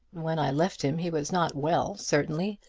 when i left him he was not well, certainly,